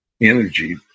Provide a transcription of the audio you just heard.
energy